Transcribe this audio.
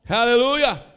Hallelujah